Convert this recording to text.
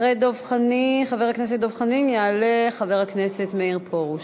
אחרי חבר הכנסת דב חנין יעלה חבר הכנסת מאיר פרוש.